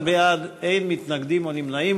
14 בעד, אין מתנגדים או נמנעים.